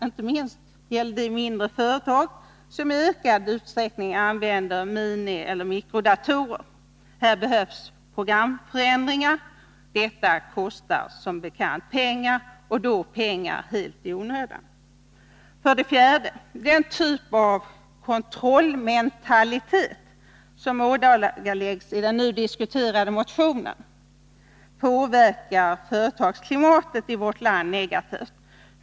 Inte minst på mindre företag, som i ökad utsträckning använder minieller mikrodatorer, behöver programförändringar göras. Detta kostar som bekant pengar — helt i onödan. För det fjärde: Den typ av ”kontrollmentalitet” som ådagaläggs i den nu diskuterade motionen påverkar företagsklimatet i vårt land negativt.